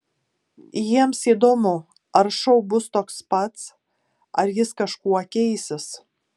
jiems įdomu ar šou bus toks pats ar jis kažkuo keisis